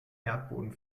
erdboden